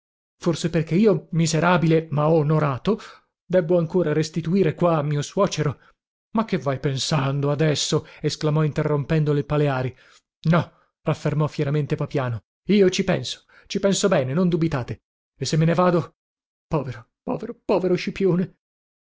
forse perché io miserabile ma onorato debbo ancora restituire qua a mio suocero ma che vai pensando adesso esclamò interrompendolo il paleari no raffermò fieramente papiano io ci penso ci penso bene non dubitate e se me ne vado povero povero povero scipione